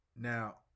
now